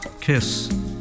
KISS